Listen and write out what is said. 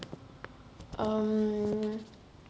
um